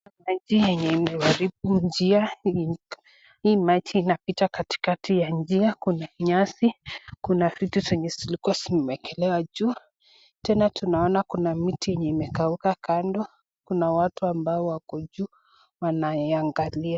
Maji enye imeharibu njia. Hii maji inapita katika ya njia. Kuna nyasi, kuna vitu zenye zilikuwa zimewekelewa juu. Tena tunaona kuna mti wenye umekauka kando. Kuwa watu ambao wako juu wanaiangalia.